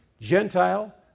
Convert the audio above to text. Gentile